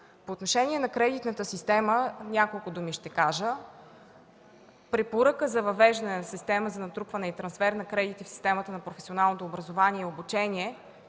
По отношение на кредитната система ще кажа няколко думи. Препоръка за въвеждането на системата за натрупване и трансфер на кредити в системата на професионалното образование и обучение